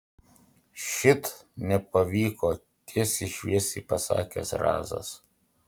šit nepavyko tiesiai šviesiai pasakė zrazas